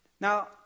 Now